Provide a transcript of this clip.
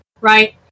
right